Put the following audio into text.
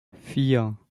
vier